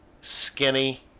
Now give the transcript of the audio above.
skinny